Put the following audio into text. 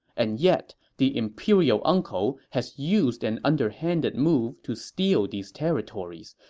and yet, the imperial uncle has used an underhanded move to steal these territories,